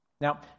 Now